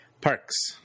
Parks